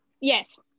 yes